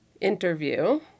interview